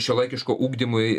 šiuolaikiško ugdymui